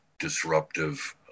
disruptive